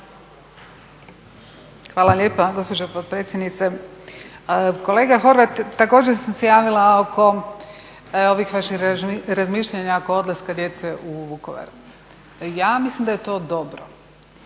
Hvala lijepa gospođo potpredsjednice. Kolega Horvat također sam se javila oko ovih vaših razmišljanja oko odlaska djece u Vukovar. Ja mislim da je to dobro.